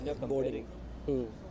boarding